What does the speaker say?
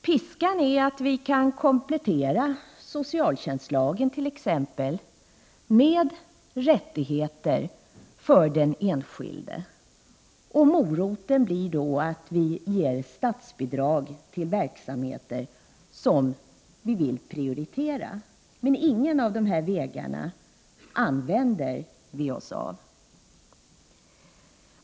Piskan är att vi kan komplettera t.ex. socialtjänstlagen med rättigheter för den enskilde. Moroten blir då att vi ger statsbidrag till verksamheter som vi vill prioritera. Men ingen av de här vägarna använder vi oss av.